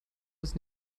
dass